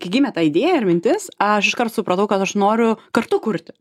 kai gimė ta idėja ir mintis aš iškart supratau kad aš noriu kartu kurti